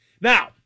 Now